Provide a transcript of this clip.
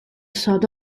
sod